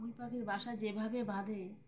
বাবুই পাখির বাসা যেভাবে বাঁধে